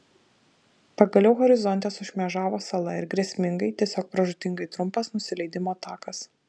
pagaliau horizonte sušmėžavo sala ir grėsmingai tiesiog pražūtingai trumpas nusileidimo takas